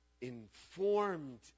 informed